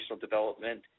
development